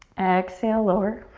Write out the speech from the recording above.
exhale, lower.